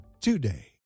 today